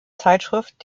zeitschrift